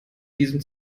diesem